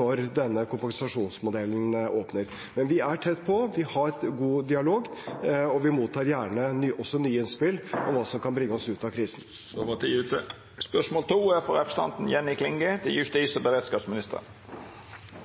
når denne kompensasjonsmodellen åpner. Men vi er tett på, vi har god dialog, og vi mottar gjerne også nye innspill til hva som kan bringe oss ut av krisen. «I spørjetimen i Stortinget den 11. november sa justisminister Monica Mæland at ingen domstolar skal bli nedlagde, og